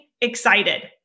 excited